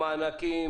המענקים,